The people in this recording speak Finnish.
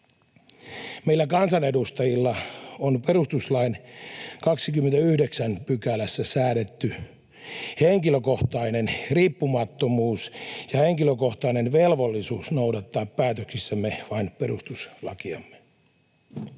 Meillä kansanedustajilla on perustuslain 29 §:ssä säädetty henkilökohtainen riippumattomuus ja henkilökohtainen velvollisuus noudattaa päätöksissämme vain perustuslakiamme.